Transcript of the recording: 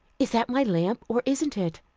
is that my lamp, or isn't it?